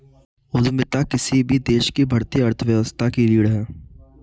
उद्यमिता किसी भी देश की बढ़ती अर्थव्यवस्था की रीढ़ है